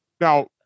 Now